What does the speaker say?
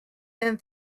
then